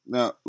Now